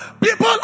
People